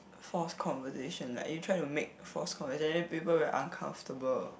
forced conversation like you try to make forced conversation and then people very uncomfortable